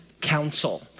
council